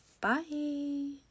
Bye